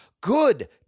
Good